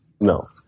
No